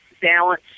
balance